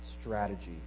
strategy